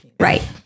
Right